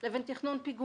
זאת אומרת, יש כאן